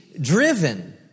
driven